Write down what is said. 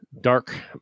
dark